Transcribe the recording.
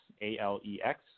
A-L-E-X